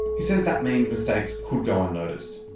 he says that means mistakes could go unnoticed.